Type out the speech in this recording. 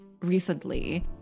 recently